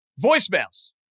Voicemails